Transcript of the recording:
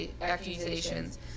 accusations